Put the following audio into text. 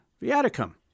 viaticum